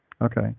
Okay